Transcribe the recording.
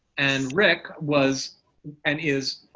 and rick was and is